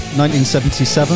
1977